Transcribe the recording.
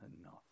enough